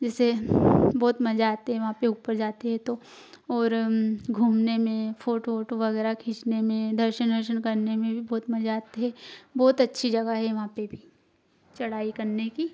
जिसे बहुत मज़ा आता हैं वहाँ पर ऊपर जाते है तो और घूमने में फोटो ओटो वगैरह खींचने में दर्शन वर्सन करने में भी बहुत मज़ा आता हैं बहुत अच्छी जगह है वहाँ पर भी चढ़ाई करने की